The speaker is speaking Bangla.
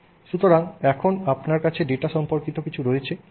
সুতরাং এখন আপনার কাছে ডেটা সম্পর্কিত কিছু রয়েছে